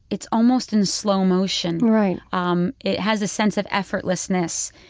it's almost in slow motion right um it has a sense of effortlessness.